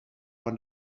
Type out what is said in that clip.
one